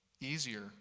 easier